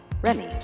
Remy